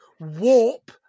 Warp